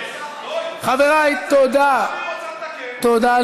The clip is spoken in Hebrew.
כנראה היא לא נהגה ככה כשהיא הייתה,